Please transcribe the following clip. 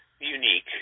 unique